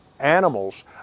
animals